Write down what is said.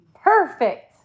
Perfect